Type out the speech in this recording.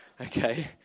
Okay